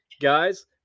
guys